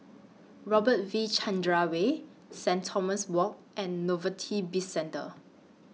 Robert V Chandran Way Saint Thomas Walk and Novelty Bizcentre